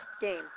game